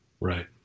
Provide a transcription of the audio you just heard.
Right